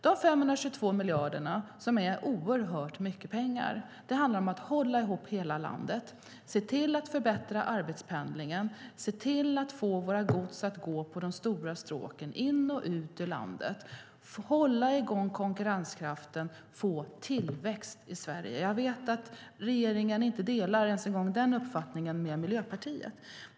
De 522 miljarderna - det är oerhört mycket pengar - handlar om att hålla ihop hela landet, se till att förbättra arbetspendlingen, se till att få gods att gå på de stora stråken in i och ut ur landet, hålla i gång konkurrenskraften och få tillväxt i Sverige. Jag vet att Miljöpartiet inte delar regeringens uppfattning.